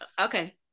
Okay